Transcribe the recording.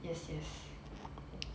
yes yes